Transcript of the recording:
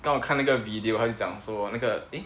刚刚我看那个 video 他就讲说那个 eh